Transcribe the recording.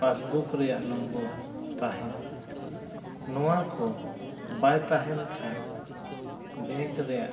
passbook ᱨᱮᱱᱟᱜ number ᱛᱟᱦᱮᱱ ᱱᱚᱣᱟ ᱠᱚ ᱵᱟᱭ ᱛᱟᱦᱮᱱ ᱠᱷᱟᱱ ᱵᱮᱝᱠ ᱨᱮᱱᱟᱜ